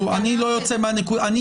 --- אני